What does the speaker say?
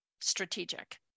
strategic